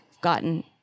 gotten